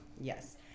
Yes